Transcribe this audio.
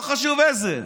לא חשוב איזה.